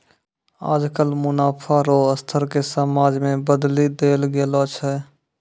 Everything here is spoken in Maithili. आजकल मुनाफा रो स्तर के समाज मे बदली देल गेलो छै